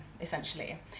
essentially